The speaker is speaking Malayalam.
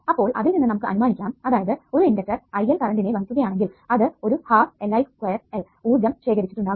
അപ്പോൾ അതിൽ നിന്ന് നമുക്ക് അനുമാനിക്കാം അതായത് ഒരു ഇണ്ടക്ടർ ILകറണ്ടിനെ വഹിക്കുകയാണെങ്കിൽ അതിൽ ഒരു 12LIL2 ഊർജ്ജം ശേഖരിച്ചിട്ടുണ്ടാകും